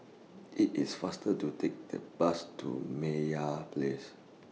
IT IS faster to Take The Bus to Meyer Place